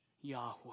Yahweh